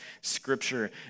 Scripture